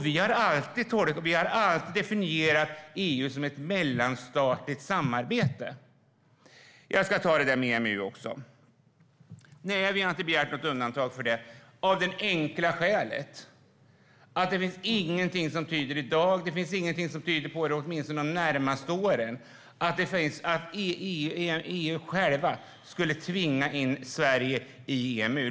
Vi har alltid definierat EU som ett mellanstatlig samarbete. Jag ska ta det där med EMU också. Nej, vi har inte begärt något undantag av det enkla skälet att det i dag inte finns någonting som tyder på att EU inom de närmaste åren skulle tvinga in Sverige i EMU.